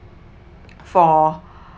for